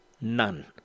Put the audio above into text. None